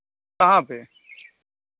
कहाँ पर